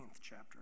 chapter